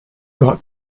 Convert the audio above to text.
got